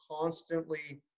constantly